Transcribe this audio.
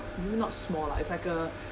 not small lah it's like a